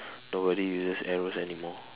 nobody uses arrows anymore